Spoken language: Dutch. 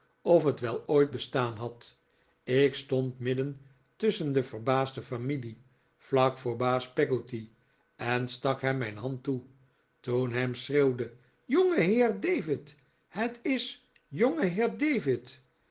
of het wel ooit bestaan had ik stond midden tusschen de verbaasde familie vlak voor baas peggotty en stak hem mijn hand toe toen ham schreeuwde jongeheer david het is